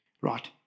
right